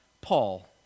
Paul